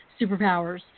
superpowers